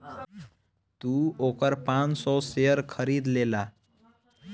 तू ओकर पाँच सौ शेयर खरीद लेला